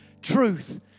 truth